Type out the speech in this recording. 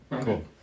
Cool